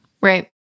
Right